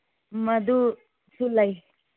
ꯃꯗꯨꯁꯨ ꯂꯩ